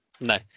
No